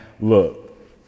look